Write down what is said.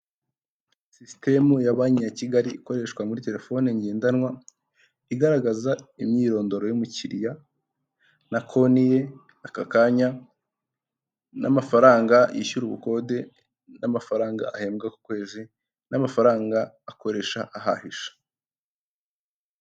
Sisitemu ya banki ya Kigali ikoreshwa muri telefone ngendanwa, igaragaza imyirondoro y'umukiriya na konti ye, aka kanya n'amafaranga yishyura ubukode n'amafaranga ahembwa ku kwezi n'amafaranga akoresha ahahisha.